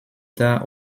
tard